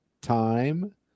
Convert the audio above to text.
time